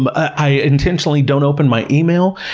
um i intentionally don't open my email,